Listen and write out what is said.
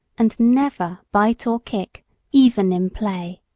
and never bite or kick even in play.